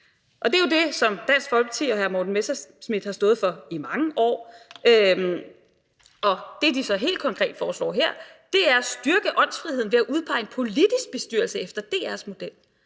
Og det er jo det, som Dansk Folkeparti og hr. Morten Messerschmidt har stået for i mange år. Og det, som de så helt konkret foreslår her, er, at styrke åndsfriheden ved at udpege en politisk bestyrelse efter DR's model.